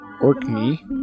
Orkney